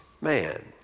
man